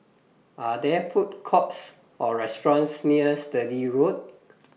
Are There Food Courts Or restaurants near Sturdee Road